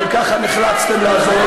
רק תעשו את זה בחמלה.